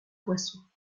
poisson